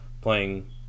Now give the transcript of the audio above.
playing